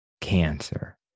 cancer